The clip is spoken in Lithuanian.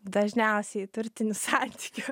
dažniausiai turtinių santykių